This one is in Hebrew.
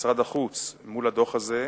משרד החוץ, מול הדוח הזה,